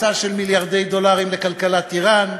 הוא מבטיח כניסה של מיליארדי דולרים לכלכלת איראן,